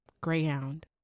Greyhound